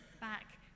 back